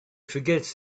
forgets